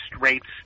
rates